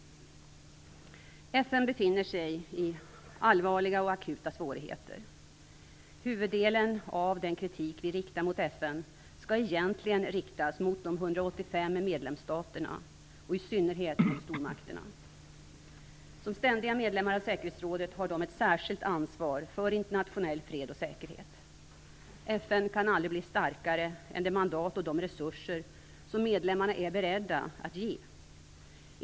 FN befinner sig i allvarliga och akuta svårigheter. Huvuddelen av den kritik vi riktar mot FN skall egentligen riktas mot de 185 medlemsstaterna, och i synnerhet mot stormakterna. Som ständiga medlemmar av säkerhetsrådet har de ett särskilt ansvar för internationell fred och säkerhet. FN kan aldrig bli starkare än det mandat och de resurser som medlemmarna är beredda att ge.